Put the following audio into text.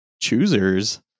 choosers